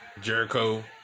jericho